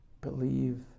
Believe